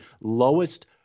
lowest